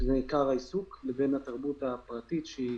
שזה עיקר העיסוק, לבין התרבות הפרטית, שהיא